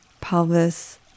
pelvis